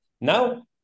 Now